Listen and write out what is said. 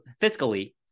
fiscally